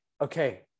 okay